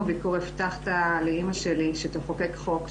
יחד עם זאת, חייבים לעשות פה